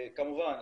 בכללי,